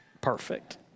perfect